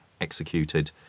executed